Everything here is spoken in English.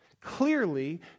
Clearly